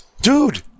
dude